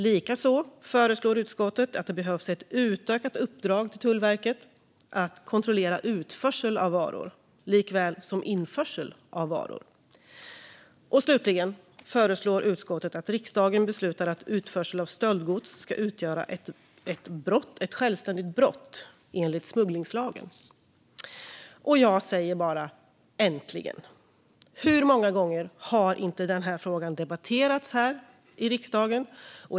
Likaså föreslår utskottet att det ges ett utökat uppdrag till Tullverket att kontrollera utförsel av varor likaväl som införsel av varor. Slutligen föreslår utskottet att riksdagen beslutar att utförsel av stöldgods ska utgöra ett självständigt brott enligt smugglingslagen. Jag säger bara: Äntligen! Hur många gånger har inte den här frågan debatterats här i riksdagen!